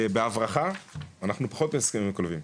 בהברחה אנחנו פחות נתעסק עם כלבים,